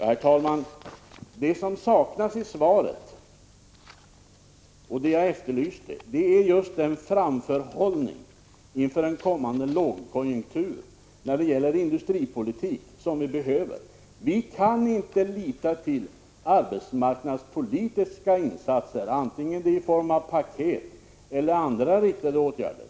Herr talman! Det som saknas i svaret och det som jag efterlyste är den framförhållning inför en kommande lågkonjunktur när det gäller industripolitiken som vi behöver. Vi kan inte lita till arbetsmarknadspolitiska insatser vare sig i form av paket eller i form av andra riktade åtgärder.